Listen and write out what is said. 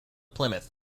plymouth